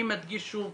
אני מדגיש שוב,